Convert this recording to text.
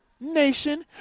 Nation